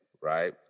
right